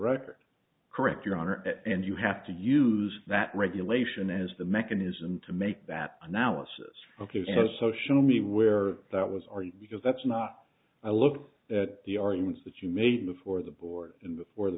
record correct your honor and you have to use that regulation as the mechanism to make that analysis ok so show me where that was are you because that's not i look at the arguments that you made before the board and before the